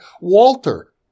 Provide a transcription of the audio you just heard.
Walter